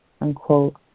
unquote